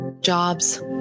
Jobs